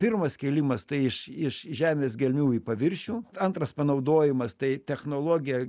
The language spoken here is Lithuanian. pirmas kėlimas tai iš iš žemės gelmių į paviršių antras panaudojimas tai technologija